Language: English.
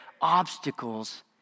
obstacles